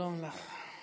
שלום לך.